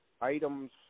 items